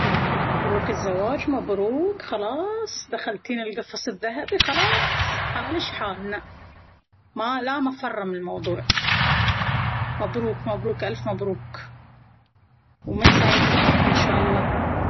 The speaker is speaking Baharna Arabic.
مبروك الزواج مبروك! خلاص دخلتين القفص الذهبي خلاص حالش حالنا ، لا مفر من الموضوع. عالعموم الله يهنيكم ويجعلها زواجة العمر انشاءالله ويسخره لش ويتحمل فيش وتتحملين فيه ويرزقكم بالذرية الصالحة والخلف الصالح يارب يا كريم.